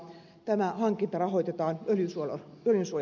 tämä hankinta rahoitetaan öljysuojarahastosta